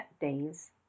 days